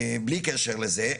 בלי קשר לזה,